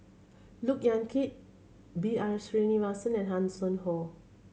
Look Yan Kit B R Sreenivasan Hanson Ho